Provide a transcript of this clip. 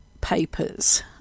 papers